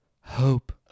Hope